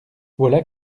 voilà